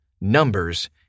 numbers